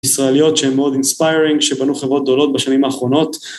ישראליות שהן מאוד אינספירינג, שבנו חברות גדולות בשנים האחרונות.